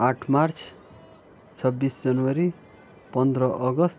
आठ मार्च छब्बिस जनवरी पन्ध्र अगस्त